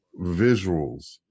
visuals